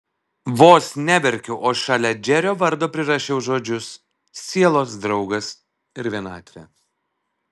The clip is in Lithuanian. vos neverkiau o šalia džerio vardo prirašiau žodžius sielos draugas ir vienatvė